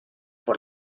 por